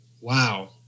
wow